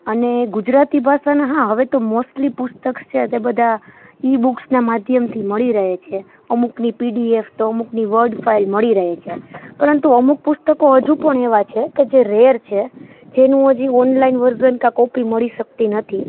અને ગુજરાતી ભાષાના હા હવે તો મોસ્ટલી પુસ્તક છે તે બધા ઈ બુક્સના માધ્યમથી મળી રહે છે અમુકની પીડીએફ તો અમુકની વર્ડ ફાઈલ મળી રહે છે પરંતુ અમુક પુસ્તકો હજુ પણ એવા છે કે જે રેર છે જેનું હજી ઓનલાઈન વરઝ્ન કે કોપી મળી શકતી નથી